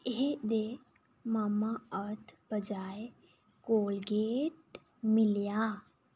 एह्दे मामाअर्थ बजाए कोलगेट मिलेआ